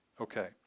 Okay